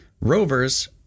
rovers